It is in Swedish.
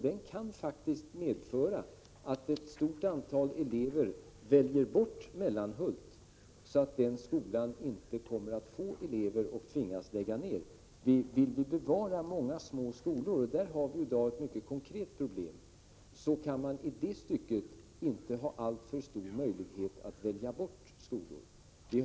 Det kan faktiskt medföra att ett stort antal elever väljer bort Mellanhult, så att den skolan inte får elever och tvingas lägga ned. Vill vi bevara många små skolor, och där har vi i dag ett mycket konkret problem, kan det inte finnas alltför stora möjligheter att välja bort skolor.